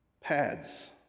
PADS